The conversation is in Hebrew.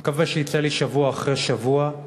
אני מקווה שיצא לי שבוע אחרי שבוע,